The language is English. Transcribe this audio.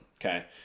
Okay